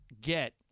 get